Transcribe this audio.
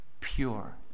pure